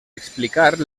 explicar